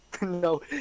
No